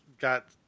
got